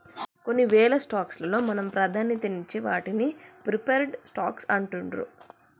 కొన్నివేల స్టాక్స్ లలో మనం ప్రాధాన్యతనిచ్చే వాటిని ప్రిఫర్డ్ స్టాక్స్ అంటుండ్రు